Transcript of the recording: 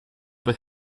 but